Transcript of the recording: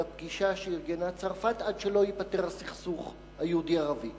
בפגישה שארגנה צרפת עד שלא ייפתר הסכסוך היהודי ערבי.